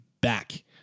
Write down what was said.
back